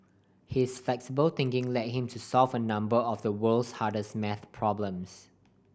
his flexible thinking led him to solve a number of the world's hardest math problems